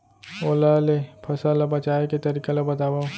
ओला ले फसल ला बचाए के तरीका ला बतावव?